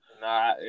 Nah